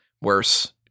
worse